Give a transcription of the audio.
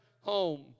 home